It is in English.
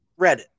Reddit